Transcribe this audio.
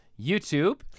YouTube